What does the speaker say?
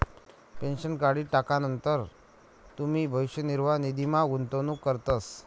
pension काढी टाकानंतर तुमी भविष्य निर्वाह निधीमा गुंतवणूक करतस